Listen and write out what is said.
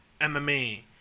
MMA